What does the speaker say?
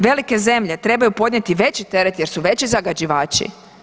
Velike zemlje trebaju podnijeti veći teret jer su veći zagađivači.